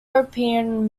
european